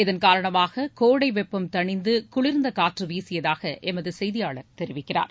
இதன் காரணமாக கோடை வெப்பம் தனிந்து குளிர்ந்த காற்று வீசியதாக எமது செய்தியாளர் தெரிவிக்கிறார்